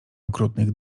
okrutnych